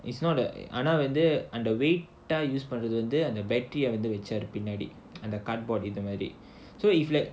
it's not a ஆனா வந்து அந்த:aanaa vandhu andha weight ah use பண்றது வந்து அந்த:pandrathu vandhu andha battery a வச்சாரு பின்னாடி:vachaaru pinnaadi and the cardboard இது மாதிரி:idhu maadhiri so if like